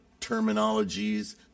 terminologies